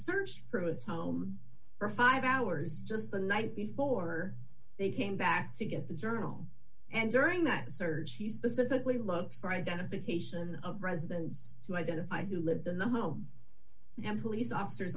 searched prudes home for five hours just the night before they came back to get the journal and during that search she specifically looked for identification of residence to identify who lived in the home and police officers